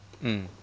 mm